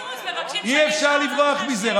אי-אפשר לברוח מזה.